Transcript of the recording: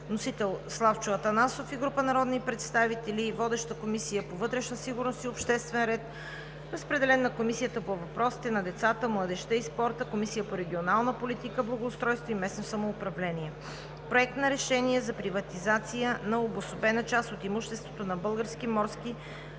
Вносител – Славчо Атанасов и група народни представители. Водеща е Комисията по вътрешна сигурност и обществен ред. Разпределен е и на Комисията по въпросите на децата, младежта и спорта, Комисията по регионална политика, благоустройство и местно самоуправление. Проект на решение за приватизация на обособена част от имуществото на „Български морски